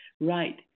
right